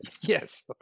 Yes